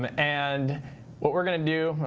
um and what we're going to do.